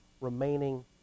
remaining